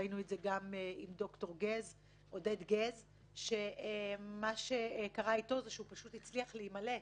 ראינו את זה גם עם ד"ר עודד גז שפשוט הצליח להימלט.